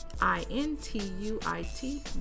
I-N-T-U-I-T